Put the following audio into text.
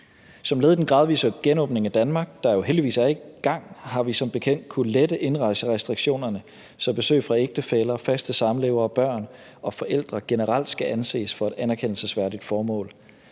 Som led i den gradvise genåbning af Danmark, der jo heldigvis er i gang, har vi som bekendt kunnet lette indrejserestriktionerne, så besøg fra ægtefæller, faste samlevere, børn og forældre generelt skal anses for et anerkendelsesværdigt formål.